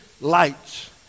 lights